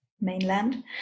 mainland